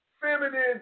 feminine